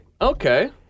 Okay